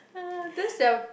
this